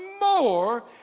more